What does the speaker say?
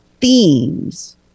themes